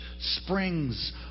springs